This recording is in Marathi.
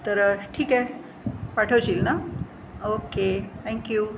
तर ठीक आहे पाठवशील ना ओके थँक्यू